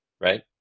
right